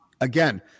again